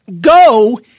go